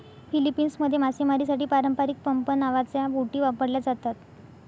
फिलीपिन्समध्ये मासेमारीसाठी पारंपारिक पंप नावाच्या बोटी वापरल्या जातात